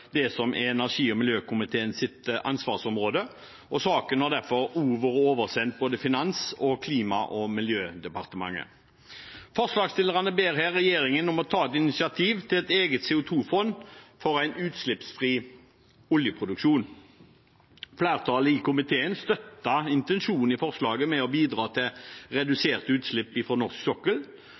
det som er energi- og miljøkomiteens ansvarsområde. Saken har derfor også vært oversendt både Finansdepartementet og Klima- og miljødepartementet. Forslagsstillerne ber regjeringen om å ta initiativ til et eget CO2-fond for en utslippsfri oljeproduksjon. Flertallet i komiteen støtter intensjonen i forslaget, som er å bidra til reduserte utslipp fra norsk sokkel,